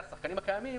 והשחקנים הקיימים,